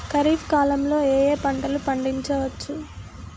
ఖరీఫ్ కాలంలో ఏ ఏ పంటలు పండించచ్చు?